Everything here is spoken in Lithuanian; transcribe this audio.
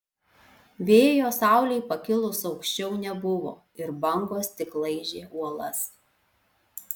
vėjo saulei pakilus aukščiau nebuvo ir bangos tik laižė uolas